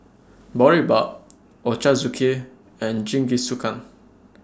Boribap Ochazuke and Jingisukan